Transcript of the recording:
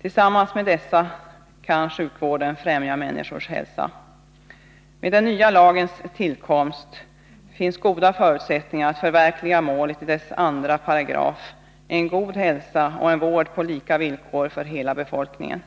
Tillsammans med dessa organ kan sjukvården främja människors hälsa. Med den nya lagens tillkomst finns goda förutsättningar att förverkliga målet i dess 2 §, nämligen en god hälsa och en vård på lika villkor för hela befolkningen.